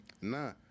Nah